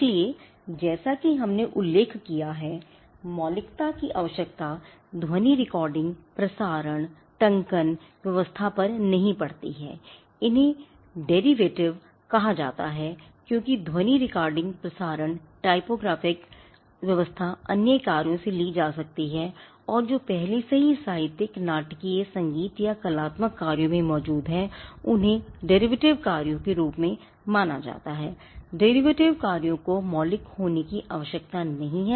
इसलिए जैसा कि हमने उल्लेख किया है कि मौलिकता की आवश्यकता ध्वनि रिकॉर्डिंग प्रसारण टंकण कार्यों को मौलिक होने की आवश्यकता नहीं है